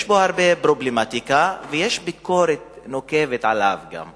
ויש בו הרבה פרובלמטיקה, ויש ביקורת עליו, גם,